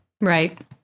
Right